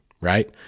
Right